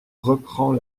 reprend